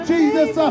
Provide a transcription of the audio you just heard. Jesus